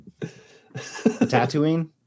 Tatooine